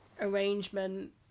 arrangement